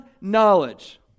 knowledge